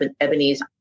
Ebony's